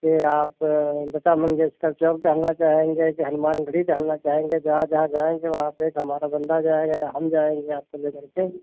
कि आप लता मंगेशकर चौक टहलना चाहेंगे कि हनुमानगढ़ी टहलना चाहेंगे जहाँ जहाँ जाएँगे वहाँ से एक हमारा बन्दा जाएगा या हम जाएँगे आपको लेकर के